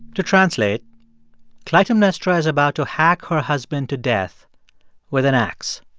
to translate clytemnestra is about to hack her husband to death with an ax.